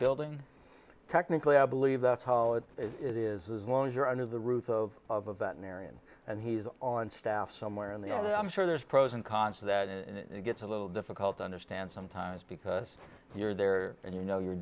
building technically i believe that's how it is as long as you're under the roof of of about marion and he's on staff somewhere in the other i'm sure there's pros and cons to that and it gets a little difficult to understand sometimes because you're there and you know you're